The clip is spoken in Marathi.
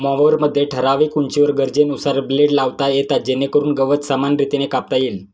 मॉवरमध्ये ठराविक उंचीवर गरजेनुसार ब्लेड लावता येतात जेणेकरून गवत समान रीतीने कापता येईल